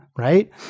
Right